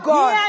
God